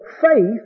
faith